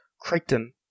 Crichton